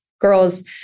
girls